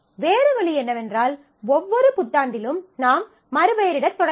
வேறு வழி என்னவென்றால் ஒவ்வொரு புத்தாண்டிலும் நாம் மறுபெயரிடத் தொடங்கலாம்